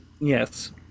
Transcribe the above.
Yes